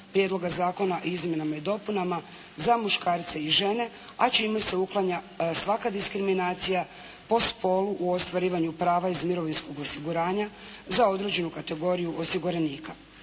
prijedloga zakona o izmjenama i dopunama za muškarce i žene, a čime se uklanja svaka diskriminacija po spolu u ostvarivanju prava iz mirovinskog osiguranja za određenu kategoriju osiguranika.